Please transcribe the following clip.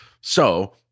So-